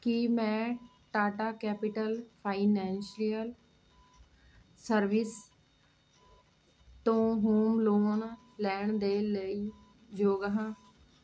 ਕੀ ਮੈਂ Tata capital financial service ਤੋਂ home loan ਲੈਣ ਦੇ ਲਈ ਯੋਗ ਹਾਂ